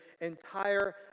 entire